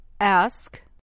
Ask